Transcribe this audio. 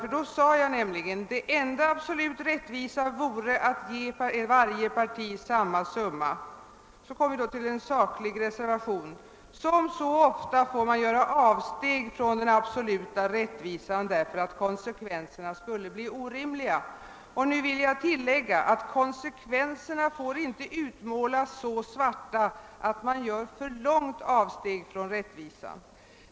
Däri sade jag nämligen, att det enda absolut rättvisa vore att ge varje parti en lika stor summa, men så kom jag fram till en saklig reservation: som så ofta annars får man göra avsteg från den absoluta rättvisan, därför att konsekvenserna skulle bli orimliga. Jag vill emellertid tillägga att konsekvenserna inte får utmålas så mörkt att man gör ett alltför stort avsteg från rättvisan.